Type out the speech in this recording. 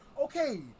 Okay